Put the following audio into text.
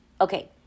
okay